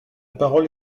parole